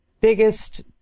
biggest